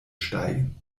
steigen